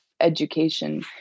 education